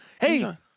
Hey